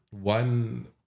one